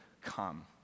come